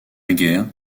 guerre